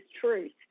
truth